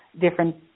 different